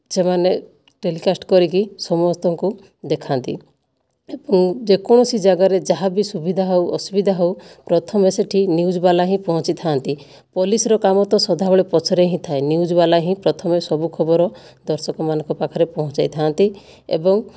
ସେମାନେ ଟେଲିକାଷ୍ଟ କରିକି ସମସ୍ତଙ୍କୁ ଦେଖାନ୍ତି ଏବଂ ଯେକୌଣସି ଜାଗାରେ ଯାହାବି ସୁବିଧା ହେଉ ଅସୁବିଧା ହେଉ ପ୍ରଥମେ ସେଠି ନ୍ୟୁଜ୍ବାଲା ହିଁ ପହଞ୍ଚିଥାନ୍ତି ପୋଲିସ୍ର କାମ ତ ସଦାବେଳେ ପଛରେ ହିଁ ଥାଏ ନ୍ୟୁଜ୍ବାଲା ହିଁ ପ୍ରଥମେ ସବୁ ଖବର ଦର୍ଶକମାନଙ୍କ ପାଖରେ ପହଞ୍ଚାଇଥାନ୍ତି ଏବଂ